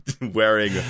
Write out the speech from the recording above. wearing